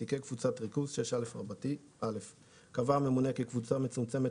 "תיקי קבוצות ריכוז 6א. 6א. קבע הממונה כי קבוצה מצומצמת